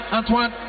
Antoine